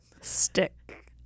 Stick